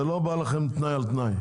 זה לא בא לכם תנאי על תנאי.